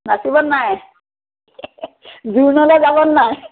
নাচিব নাই জোৰোণলৈ যাবনে নাই